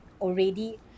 already